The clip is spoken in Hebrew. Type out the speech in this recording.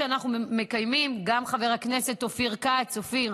ויקרות, אני